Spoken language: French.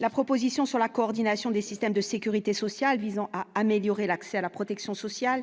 la proposition sur la coordination des systèmes de sécurité sociale visant à améliorer l'accès à la protection sociale